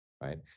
right